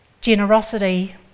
generosity